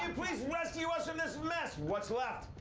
and please rescue us from this mess. what's left?